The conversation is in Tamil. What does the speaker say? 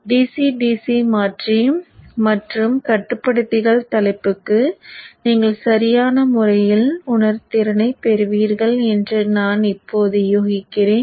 DC DC மாற்றி மற்றும் கட்டுப்படுத்திகள் தலைப்புக்கு நீங்கள் சரியான முறையில் உணர்திறனை பெறுவீர்கள் என்று நான் இப்போது யூகிக்கிறேன்